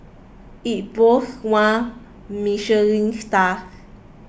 it boasts one Michelin star